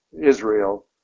Israel